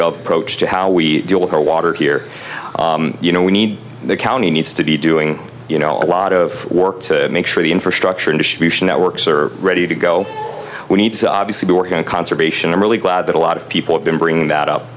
above approach to how we deal with our water here you know we need the county needs to be doing you know a lot of work to make sure the infrastructure and distribution networks are ready to go we need to obviously we're going to conservation i'm really glad that a lot of people have been bringing that up